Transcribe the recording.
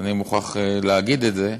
אני מוכרח להגיד את זה: